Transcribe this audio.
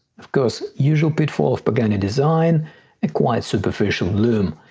of course usual pitfall of pagani design a quite superficial lume.